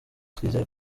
twizeye